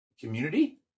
community